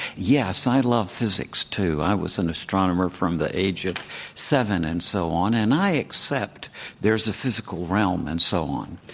yes, i love physics, too. i was an astronomer from the age of seven and so on. and i accept there's a physical realm and so on.